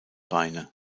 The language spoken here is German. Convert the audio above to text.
beine